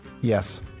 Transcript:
Yes